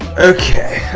okay,